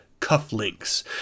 cufflinks